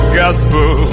gospel